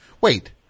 Wait